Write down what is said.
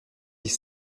dix